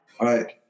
Right